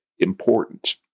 important